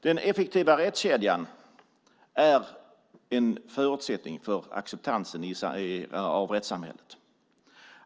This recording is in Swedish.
Den effektiva rättskedjan är en förutsättning för acceptansen av rättssamhället.